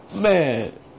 man